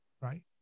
right